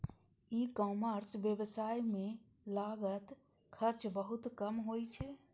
ई commerce व्यवसाय मे लागत खर्च बहुत कम होइ छै